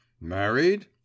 married